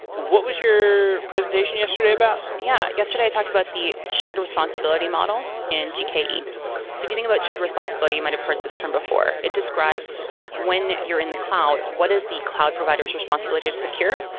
what was your presentation yesterday about? yeah. yesterday i talked about the shared responsibility model in gke. if you think about shared responsibility, you might have heard this term before. it describes when you're in the cloud, what is the cloud provider s responsibility to secure,